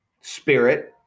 Spirit